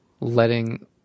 letting